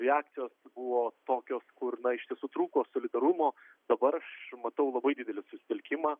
reakcijos buvo tokios kur na iš tiesų trūko solidarumo dabar aš matau labai didelį susitelkimą